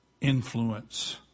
Influence